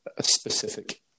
specific